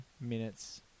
minutes